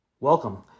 Welcome